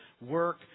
Work